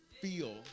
feel